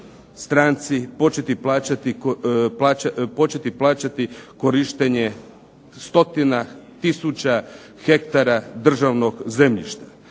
stranci, početi plaćati korištenje stotina tisuća hektara državnog zemljišta.